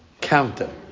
Counter